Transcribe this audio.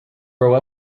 grow